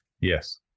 Yes